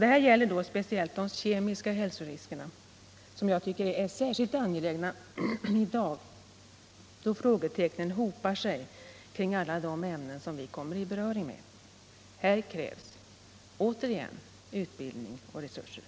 Detta gäller speciellt de kemiska hälsoriskerna, som jag tycker är särskilt angelägna i dag, då frågetecknen hopar sig kring alla de ämnen som vi kommer i beröring med. Här krävs återigen utbildning och resurser.